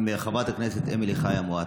עם חברת הכנסת אמילי חיה מואטי.